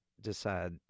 decide